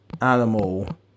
animal